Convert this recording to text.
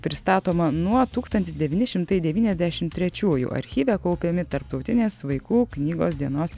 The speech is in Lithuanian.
pristatoma nuo tūkstantis devyni šimtai devyniasdešimt trečiųjų archyve kaupiami tarptautinės vaikų knygos dienos